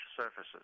surfaces